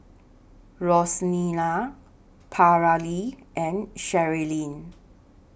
Rosina Paralee and Cherilyn